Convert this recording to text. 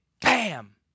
Bam